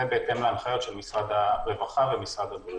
זה בהתאם להראות של משרד הרווחה ומשרד הבריאות.